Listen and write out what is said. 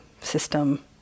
system